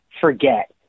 forget